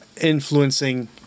influencing